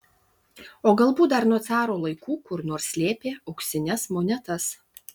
o galbūt dar nuo caro laikų kur nors slėpė auksines monetas